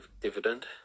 dividend